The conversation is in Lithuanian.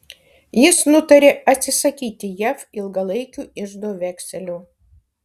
jis nutarė atsisakyti jav ilgalaikių iždo vekselių